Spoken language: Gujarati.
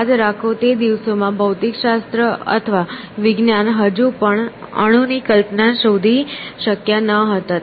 યાદ રાખો તે દિવસોમાં ભૌતિકશાસ્ત્ર અથવા વિજ્ઞાન હજુ પણ અણુની કલ્પના શોધી શક્યા ન હતા